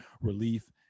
relief